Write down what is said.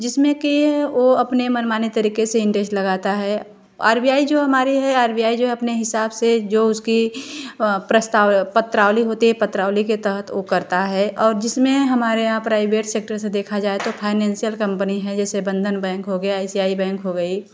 जिसमें की वह अपनी मनमानी तरीके से इंटरेस्ट लगता है आर बी आई है जो है हमारी है आर बी आई अपने हिसाब से जो उसकी पत्रावली होती है पत्रावली के तहत उ करता है और जिसने हमारे यहाँ प्राइवेट सेक्टर से देखा जाए तो फाइनेंसियल कम्पनी है जैसे बंधन बैंक हो गया I C I C I bank हो गई